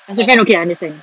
as a friend okay I understand